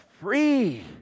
free